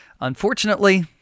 Unfortunately